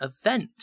event